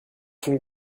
von